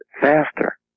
faster